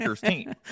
team